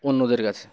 অন্যদের কাছে